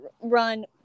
run